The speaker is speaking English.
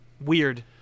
Weird